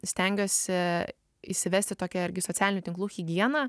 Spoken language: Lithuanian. stengiuosi įsivesti tokią irgi socialinių tinklų higieną